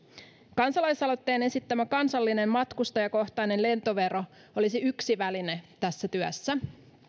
kansalaisaloitteen esittämä kansallinen matkustajakohtainen lentovero olisi yksi väline tässä työssä